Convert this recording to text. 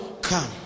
Come